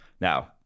Now